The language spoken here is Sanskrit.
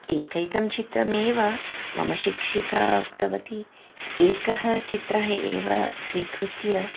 एकैकं चित्रमेव मम शिक्षिका उक्तवती एकः चित्रः एव स्वीकृत्य